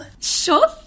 Sure